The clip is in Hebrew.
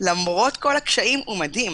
למרות כל הקשיים, הוא מדהים.